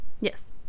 Yes